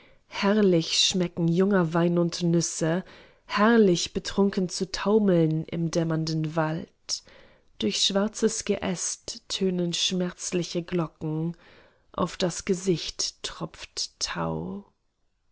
herrlich schmecken junger wein und nüsse herrlich betrunken zu taumeln in dämmernden wald durch schwarzes geäst tönen schmerzliche glocken auf das gesicht tropft tau